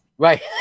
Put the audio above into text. Right